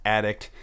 Addict